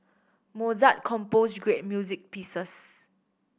Mozart composed great music pieces